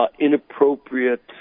inappropriate